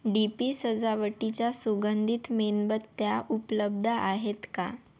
D P सजावटीच्या सुगंधित मेणबत्त्या उपलब्ध आहेत का